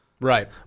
Right